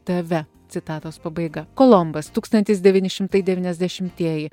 tave citatos pabaiga kolombas tūkstantis devyni šimtai devyniasdešimtieji